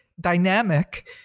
dynamic